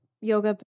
Yoga